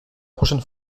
prochaine